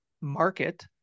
market